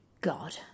God